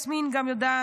גם יסמין יודעת,